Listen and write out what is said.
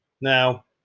Now